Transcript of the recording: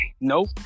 Nope